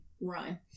run